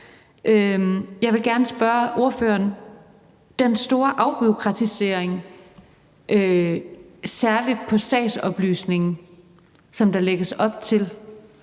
Jeg vil gerne spørge ordføreren til den store afbureaukratisering, særlig i forhold til sagsoplysningen, som der lægges op til